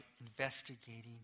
investigating